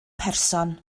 person